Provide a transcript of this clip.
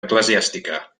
eclesiàstica